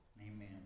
Amen